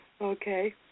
Okay